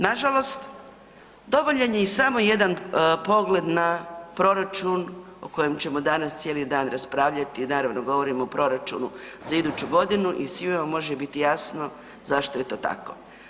Nažalost dovoljan je i samo jedan pogled na proračun o kojem ćemo danas cijeli dan raspravljati, naravno, govorim o proračunu za iduću godinu i svima može biti jasno zašto je to tako.